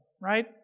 right